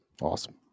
Awesome